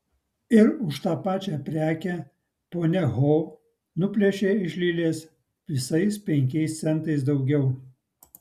ir už tą pačią prekę ponia ho nuplėšė iš lilės visais penkiais centais daugiau